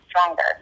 stronger